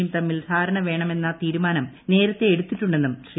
യും തമ്മിൽ ധാരണ വേണമെന്ന തീരുമാനം നേരത്തെ എടുത്തിട്ടുണ്ടെന്നും ശ്രീ